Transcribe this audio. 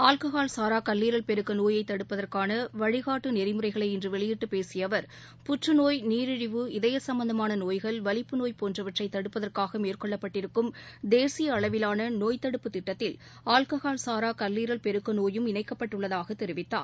alcohol சாரா கல்வீரல் பெருக்க நோயை தடுப்பதற்கான வழிகாட்டு நெறிமுறைகளை இன்று வெளியிட்டு பேசிய அவர் புற்றுநோய் நீரிழிவு இதய சம்பந்தமான நோய்கள் வலிப்பு நோய் போன்றவற்றை தடுப்பதற்காக மேற்கொள்ளப்பட்டிருக்கும் தேசிய அளவிவான நோய் தடுப்பு திட்டத்தில் ஆல்கஹால் சாரா கல்லீரல் பெருக்க நோயும் இணைக்கப்பட்டுள்ளதாகத் தெரிவித்தார்